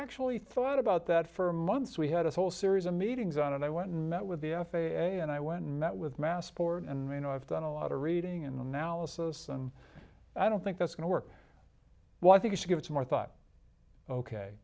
actually thought about that for months we had a whole series of meetings on and i went and met with the f a a and i went and met with massport and i know i've done a lot of reading and analysis and i don't think that's going to work why think i should give it some more thought